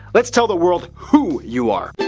let's tell the world who you are.